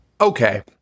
Okay